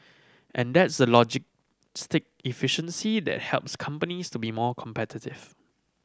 and that's the logistic efficiency that helps companies to be more competitive